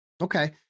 Okay